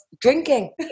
drinking